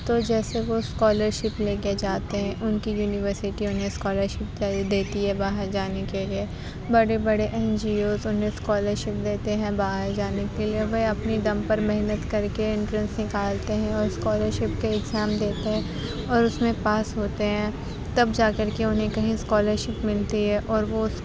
تو جیسے وہ اسکالر شپ لے کے جاتے ہیں اُن کی یونیورسٹی اُنہیں اسکالر شپ دیتی ہے باہر جانے کے لیے بڑے بڑے این جی اوز اُنہیں اسکالر شپ دیتے ہیں باہر جانے کے لیے وہ اپنی دم پر محنت کر کے انٹرنس نکالتے ہیں اور اسکالر شپ کے ایگزام دیتے ہیں اور اُس میں پاس ہوتے ہیں تب جا کر کے اُنہیں کہیں اسکالر شپ ملتی ہے اور وہ اُس